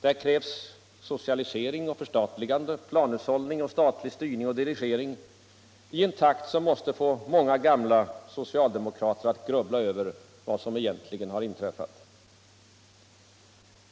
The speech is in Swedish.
Det krävs socialisering och förstatligande, planhushållning och statlig styrning och dirigering i en takt som måste få många gamla socialdemokrater att grubbla över vad som egentligen har inträffat.